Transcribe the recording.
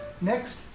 Next